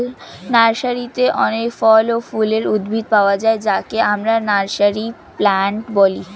নার্সারিতে অনেক ফল ও ফুলের উদ্ভিদ পাওয়া যায় যাকে আমরা নার্সারি প্লান্ট বলি